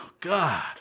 God